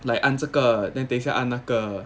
like 按这个 then 等下按那个